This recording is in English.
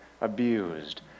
abused